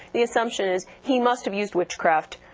the assumption is he must have used witchcraft,